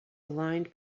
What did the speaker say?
aligned